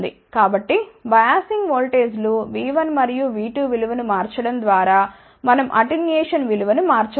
కాబట్టిబయాసింగ్ ఓల్టేజ్లు V1 మరియు V2 విలువను మార్చడం ద్వారా మనం అటెన్యుయేషన్ విలువను మార్చవచ్చు